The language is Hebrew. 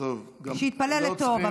שיתפלל לטוב.